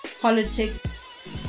politics